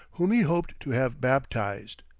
whom he hoped to have baptized.